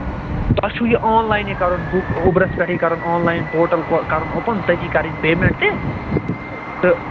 تۄہہِ چھُو یہِ آن لایَن یہِ کَرُن بُک اوٚبرس پٮ۪ٹھٕے کَرُن آن لایَن پورٹل کۅ کَرُن اوپُن تٔتی کَرٕنۍ پیٚمٮ۪نٛٹ تہِ تہٕ